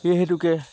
সেই হেতুকে